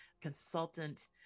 consultant